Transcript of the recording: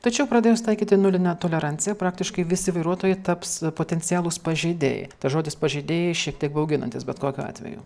tačiau pradėjus taikyti nulinę toleranciją praktiškai visi vairuotojai taps potencialūs pažeidėjai tas žodis pažeidėjai šiek tiek bauginantis bet kokiu atveju